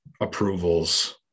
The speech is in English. approvals